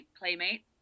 playmate